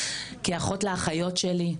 כאחות לאחיות שלי,